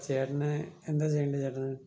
ചേട്ടന് എന്താ ചെയ്യേണ്ട ചേട്ടന്